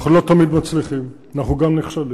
אנחנו לא תמיד מצליחים, אנחנו גם נכשלים,